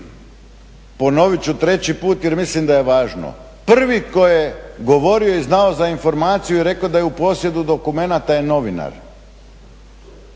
ponovit ću treći put jer mislim da je važno. Prvi tko je govorio i znao za informaciju je rekao da je u posjedu dokumenta je novinar.